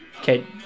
okay